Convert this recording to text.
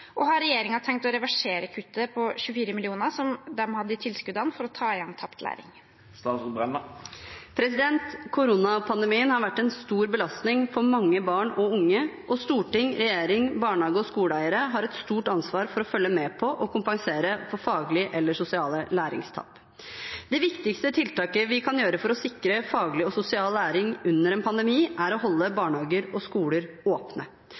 tenkt å reversere kuttet på 24 mill. kr de gjorde i tilskuddene for å ta igjen tapt læring?» Koronapandemien har vært en stor belastning for mange barn og unge, og storting og regjering og barnehage- og skoleeiere har et stort ansvar for å følge med på og kompensere for faglige eller sosiale læringstap. Det viktigste tiltaket vi kan gjøre for å sikre faglig og sosial læring under en pandemi, er å holde barnehager og skoler åpne.